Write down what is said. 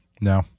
No